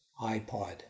iPod